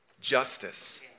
justice